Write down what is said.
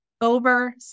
over